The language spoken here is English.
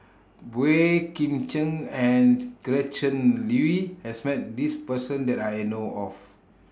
Boey Kim Cheng and Gretchen Liu has Met This Person that I know of